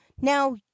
Now